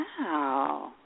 wow